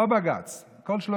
או בג"ץ, או בג"ץ.